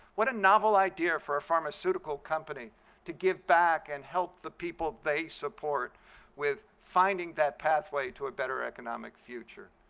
what a novel idea for a pharmaceutical company to give back and help the people they support with finding that pathway to a better economic future.